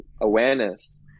awareness